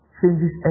changes